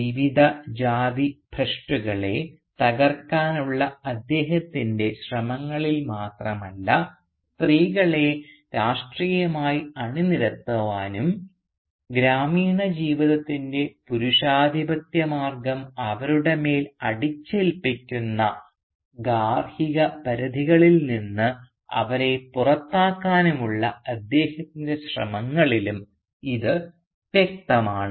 വിവിധ ജാതി ഭ്രഷ്ടുകളെ തകർക്കാനുള്ള അദ്ദേഹത്തിൻറെ ശ്രമങ്ങളിൽ മാത്രമല്ല സ്ത്രീകളെ രാഷ്ട്രീയമായി അണിനിരത്താനും ഗ്രാമീണ ജീവിതത്തിൻറെ പുരുഷാധിപത്യ മാർഗം അവരുടെ മേൽ അടിച്ചേൽപ്പിക്കുന്ന ഗാർഹിക പരിധികളിൽ നിന്ന് അവരെ പുറത്താക്കാനുമുള്ള അദ്ദേഹത്തിൻറെ ശ്രമങ്ങളിലും ഇത് വ്യക്തമാണ്